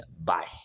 Bye